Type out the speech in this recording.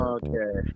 okay